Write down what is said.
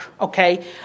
okay